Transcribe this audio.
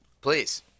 please